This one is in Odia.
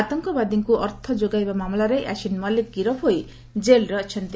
ଆତଙ୍କବାଦୀଙ୍କୁ ଅର୍ଥ ଯୋଗାଇବା ମାମଲାରେ ୟାସିନ ମଲିକ ଗିରଫ ହୋଇ ଜେଲ୍ରେ ଅଛନ୍ତି